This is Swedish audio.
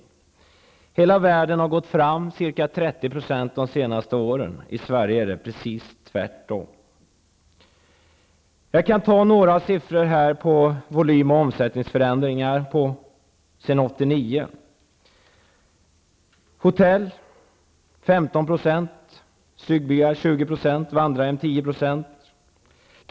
Turistnäringen i världen har gått fram ca 30 % under de senaste åren, men i Sverige är det precis tvärtom. Jag skall redovisa några siffror som visar förändringar i volym och omsättning sedan 1989.